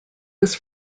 was